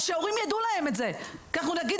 הורים צריכים לדעת את זה ואנחנו צריכים לומר